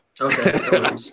Okay